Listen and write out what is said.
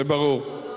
זה ברור.